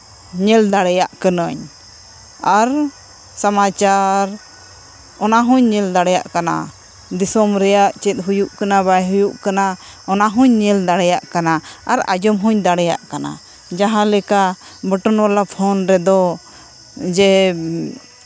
ᱧᱮᱞ ᱫᱟᱲᱮᱭᱟᱜ ᱠᱟᱱᱟᱹᱧ ᱟᱨ ᱥᱚᱢᱟᱪᱟᱨ ᱚᱱᱟᱦᱩᱧ ᱧᱮᱞ ᱫᱟᱲᱮᱭᱟᱜ ᱠᱟᱱᱟ ᱫᱤᱥᱚᱢ ᱨᱮᱭᱟᱜ ᱪᱮᱫ ᱦᱩᱭᱩᱜ ᱠᱟᱱᱟ ᱵᱟᱭ ᱦᱩᱭᱩᱜ ᱠᱟᱱᱟ ᱚᱱᱟᱦᱩᱧ ᱧᱮᱞ ᱫᱟᱲᱮ ᱭᱟᱜ ᱠᱟᱱᱟ ᱟᱨ ᱟᱸᱡᱚᱢ ᱦᱩᱧ ᱫᱟᱲᱮᱭᱟᱜ ᱠᱟᱱᱟ ᱡᱟᱦᱟᱸᱞᱮᱠᱟ ᱵᱚᱴᱚᱱ ᱵᱟᱞᱟ ᱯᱷᱳᱱ ᱨᱮᱫᱚ ᱡᱮ